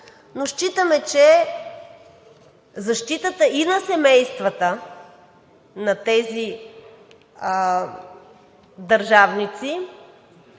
но считаме, че защитата и на семействата на тези държавници